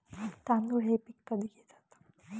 तांदूळ हे पीक कधी घेतात?